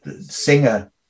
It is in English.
singer